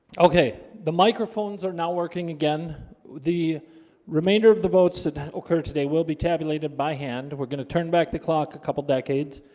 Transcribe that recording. okay the microphones are now working again the remainder of the votes that occurred today will be tabulated by hand we're going to turn back the clock a couple decades